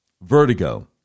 vertigo